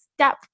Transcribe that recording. step